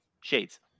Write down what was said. Shades